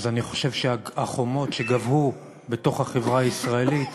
אז אני חושב שהחומות שגבהו בתוך החברה הישראלית,